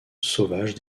sauvages